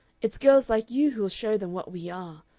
it's girls like you who will show them what we are,